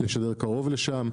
לשדר קרוב לשם?